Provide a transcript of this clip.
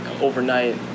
overnight